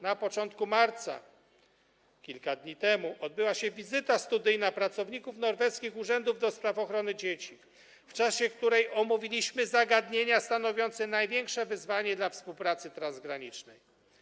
Na początku marca, kilka dni temu, odbyła się wizyta studyjna pracowników norweskich urzędów do spraw ochrony dzieci, w czasie której omówiliśmy zagadnienia stanowiące największe wyzwanie dla współpracy transgranicznej.